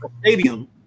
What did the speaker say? stadium